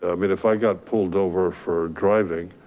ah mean, if i got pulled over for driving,